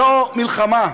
זו מלחמה.